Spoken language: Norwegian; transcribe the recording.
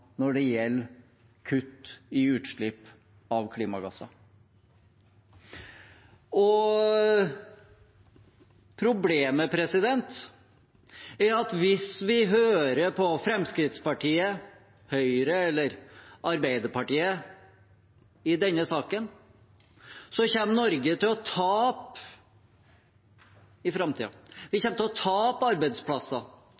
når det gjelder kutt i utslipp av klimagasser. Problemet er at hvis vi hører på Fremskrittspartiet, Høyre eller Arbeiderpartiet i denne saken, kommer Norge til å tape i framtiden. Vi